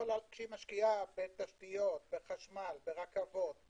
וכשהיא משקיעה בתשתיות, בחשמל, ברכבות,